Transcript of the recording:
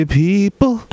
people